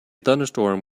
thunderstorm